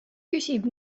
küsib